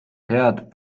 head